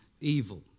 evil